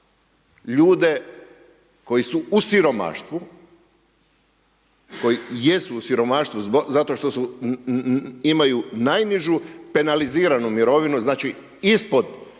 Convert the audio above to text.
ljude koji su u siromaštvu, koji jesu u siromaštvu zato što imaju najnižu penaliziranu mirovinu, znači ispod